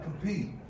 compete